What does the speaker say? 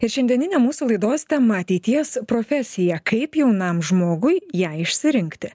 ir šiandieninė mūsų laidos tema ateities profesija kaip jaunam žmogui ją išsirinkti